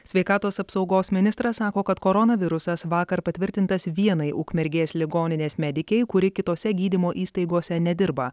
sveikatos apsaugos ministras sako kad koronavirusas vakar patvirtintas vienai ukmergės ligoninės medikei kuri kitose gydymo įstaigose nedirba